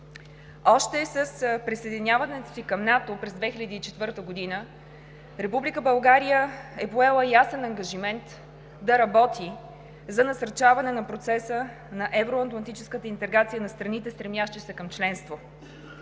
Още с присъединяването си към НАТО през 2004 г. Република България е поела ясен ангажимент да работи за насърчаване на процеса на евроатлантическата интеграция на страните, стремящи се към членство.